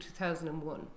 2001